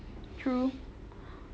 true